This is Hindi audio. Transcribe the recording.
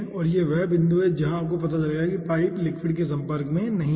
तो यह वह बिंदु है जहां आपको पता चलेगा कि पाइप लिक्विड के संपर्क में नहीं है